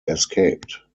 escaped